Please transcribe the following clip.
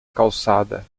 calçada